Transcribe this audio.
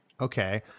Okay